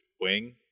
wing